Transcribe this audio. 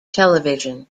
television